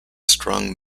strong